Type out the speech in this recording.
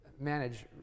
manage